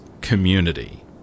community